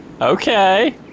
Okay